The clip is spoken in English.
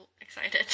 excited